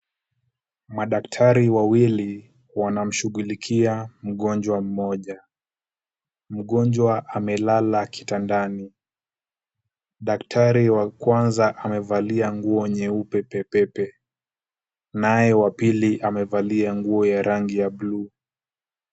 Madaktari wawili wanamshughulikia mgonjwa mmoja. Mgonjwa amelala kitandani, daktari wa kwanza amevalia nguo nyeupe pepepe naye wa pili amevalia nguo ya rangi ya buluu.